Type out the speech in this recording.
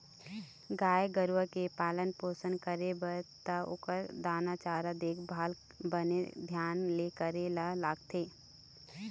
गाय गरूवा के पलई पोसई करबे त ओखर दाना चारा, देखभाल बने धियान ले करे ल लागथे